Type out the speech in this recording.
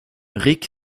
ric